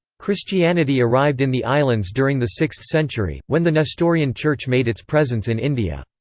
christianity arrived in the islands during the sixth century, when the nestorian church made its presence in india.